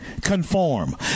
conform